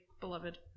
beloved